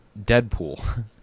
Deadpool